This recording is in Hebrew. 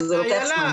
רק שזה לוקח זמן אילה,